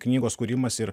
knygos kūrimas ir